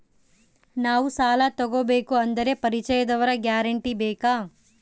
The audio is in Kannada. ನಾವು ಸಾಲ ತೋಗಬೇಕು ಅಂದರೆ ಪರಿಚಯದವರ ಗ್ಯಾರಂಟಿ ಬೇಕಾ?